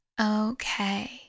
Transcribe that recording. okay